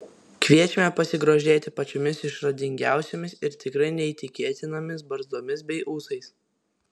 kviečiame pasigrožėti pačiomis išradingiausiomis ir tikrai neįtikėtinomis barzdomis bei ūsais